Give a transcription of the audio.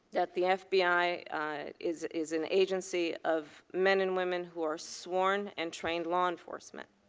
that the fbi is is an agency of men and women who are sworn and trained law enforcement